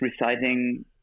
reciting